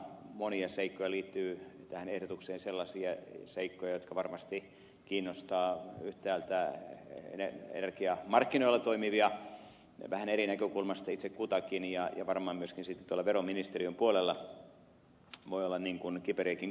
monia sellaisia seikkoja liittyy tähän ehdotukseen jotka varmasti kiinnostavat yhtäältä energiamarkkinoilla toimivia vähän eri näkökulmasta itse kutakin ja toisaalta varmaan myöskin veroministeriön puolella voi olla kiperiäkin kommentteja tähän